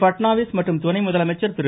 பட்நாவிஸ் மற்றும் துணை முதலமைச்சர் திரு